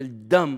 של דם,